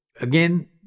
again